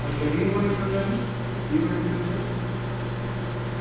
okay Vivo ఎంత ఉందండి Vivo ఎంత ఉంది సార్